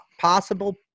possible